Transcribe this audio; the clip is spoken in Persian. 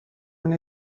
اینه